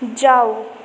जाऊ